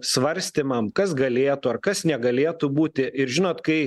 svarstymam kas galėtų ar kas negalėtų būti ir žinot kai